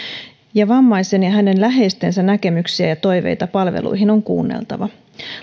vammaisen ja hänen läheistensä näkemyksiä ja toiveita palveluista on kuunneltava